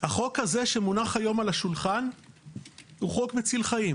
החוק הזה שמונח היום על השולחן הוא חוק מציל חיים,